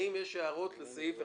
האם למישהו יש הערות לסעיף 1(א)?